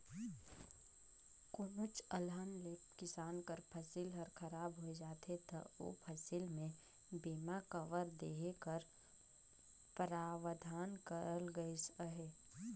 कोनोच अलहन ले किसान कर फसिल हर खराब होए जाथे ता ओ फसिल में बीमा कवर देहे कर परावधान करल गइस अहे